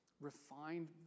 refined